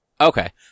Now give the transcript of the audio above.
Okay